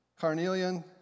carnelian